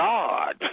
God